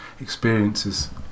experiences